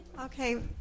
Okay